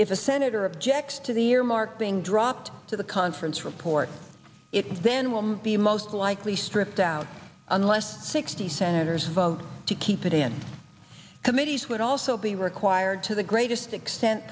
if a senator objects to the earmark being dropped to the conference report it then will be most likely stripped out unless sixty senators vote to keep it in committees would also be required to the greatest